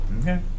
Okay